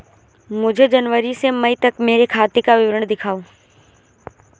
मुझे जनवरी से मई तक मेरे खाते का विवरण दिखाओ?